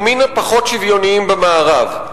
הוא מהפחות שוויוניים במערב.